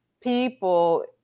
people